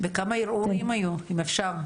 וכמה ערעורים היו, אם אפשר.